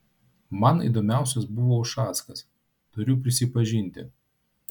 man įdomiausias buvo ušackas turiu prisipažinti